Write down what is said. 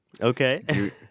Okay